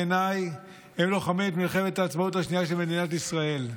בעיניי הם לוחמים את מלחמת העצמאות השנייה של מדינת ישראל.